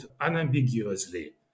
unambiguously